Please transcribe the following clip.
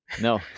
No